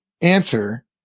answer